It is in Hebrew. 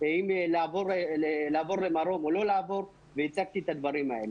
אם לעבור או לא לעבור למרום והצגתי שם את הדברים האלה.